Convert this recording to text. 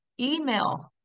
email